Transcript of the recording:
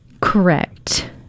Correct